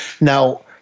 Now